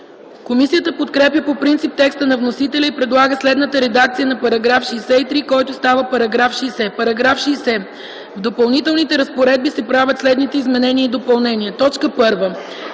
Комисията подкрепя по принцип текста на вносителя и предлага следната редакция на § 63, който става § 60: „§ 60. В допълнителните разпоредби се правят следните изменения и допълнения: